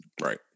Right